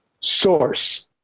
source